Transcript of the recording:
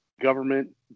government